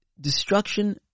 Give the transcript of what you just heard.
destruction